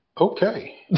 Okay